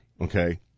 okay